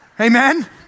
Amen